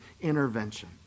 intervention